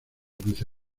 vice